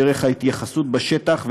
דרך ההתייחסות בשטח,